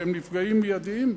שהם נפגעים מיידיים.